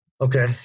Okay